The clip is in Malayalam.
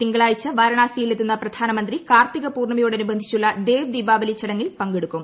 തിങ്കളാഴ്ച വാരണാസിയിൽ എത്തുന്ന പ്രധാനമന്ത്രി കാർത്തിക പൂർണിമയോടനുബന്ധിച്ചുള്ള ദേവ് ദീപാവലി ചടങ്ങിൽ പങ്കെടുക്കും